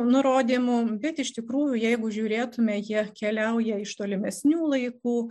nurodymu bet iš tikrųjų jeigu žiūrėtume jie keliauja iš tolimesnių laikų